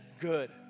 good